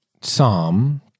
Psalm